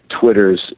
Twitter's